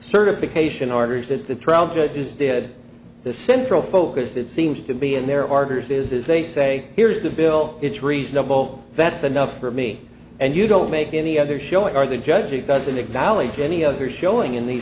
certification orders that the trial judges did the central focus it seems to be and there are verses as they say here's the bill it's reasonable that's enough for me and you don't make any other show are the judge it doesn't acknowledge any other showing in the